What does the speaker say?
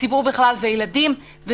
לציבור בכלל, ולילדים.